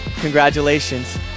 congratulations